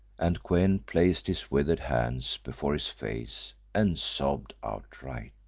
and kou-en placed his withered hands before his face and sobbed outright.